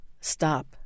Stop